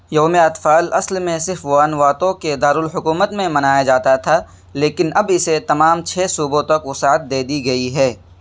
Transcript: یوم اطفال اصل میں صرف وانواتو کے دارالحکومت میں منایا جاتا تھا لیکن اب اسے تمام چھ صوبوں تک وسعت دے دی گئی ہے